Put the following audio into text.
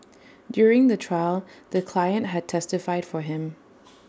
during the trial the client had testified for him